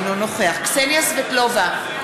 אינו נוכח קסניה סבטלובה,